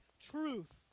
truth